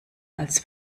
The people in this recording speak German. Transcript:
als